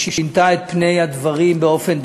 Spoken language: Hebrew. ששינתה את פני הדברים באופן דרמטי,